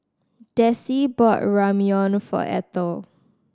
Desi bought Ramyeon for Ethel